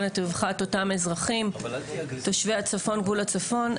את רווחת אותם אזרחים תושבי גבול הצפון.